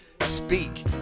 speak